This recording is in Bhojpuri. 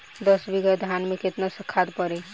दस बिघा धान मे केतना खाद परी?